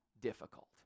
difficult